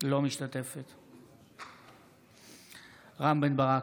אינה משתתפת בהצבעה רם בן ברק,